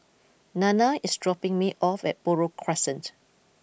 Nanna is dropping me off at Buroh Crescent